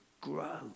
grow